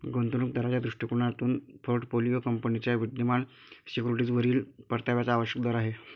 गुंतवणूक दाराच्या दृष्टिकोनातून पोर्टफोलिओ कंपनीच्या विद्यमान सिक्युरिटीजवरील परताव्याचा आवश्यक दर आहे